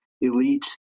elite